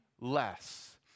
less